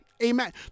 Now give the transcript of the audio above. amen